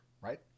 right